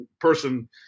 person